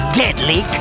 deadly